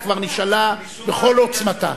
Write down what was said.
היא כבר נשאלה בכל עוצמתה.